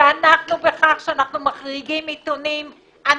ובכך שאנו מחריגים עיתונים,